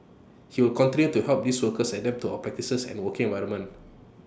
he will continue to help these workers adapt to our practices and working environment